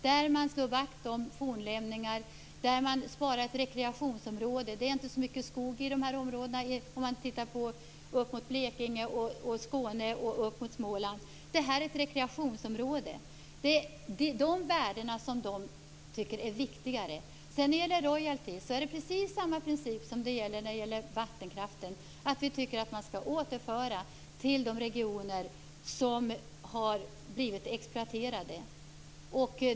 Man vill slå vakt om fornlämningar och spara rekreationsområden. Det finns inte så mycket skog i de här områdena i Skåne, Blekinge och upp mot Småland. Det här är ett rekreationsområde. Det är dessa värden som de tycker är viktigare. När det gäller royalty är det precis samma princip som när det gäller vattenkraften, nämligen att vi tycker att man skall återföra pengar till de regioner som har blivit exploaterade.